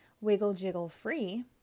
Wiggle-Jiggle-Free